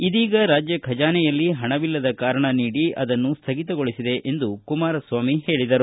ಇದೀಗ ರಾಜ್ಯ ಖಜಾನೆಯಲ್ಲಿ ಪಣವಿಲ್ಲದ ಕಾರಣ ನೀಡಿ ಅದನ್ನು ಸ್ವಗಿತಗೊಳಿಸಿದೆ ಎಂದು ಕುಮಾರಸ್ವಾಮಿ ಹೇಳಿದರು